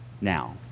now